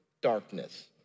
darkness